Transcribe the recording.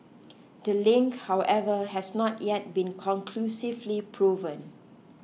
the link however has not yet been conclusively proven